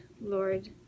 Lord